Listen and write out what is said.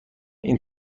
این